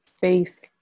Face